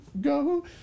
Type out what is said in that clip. go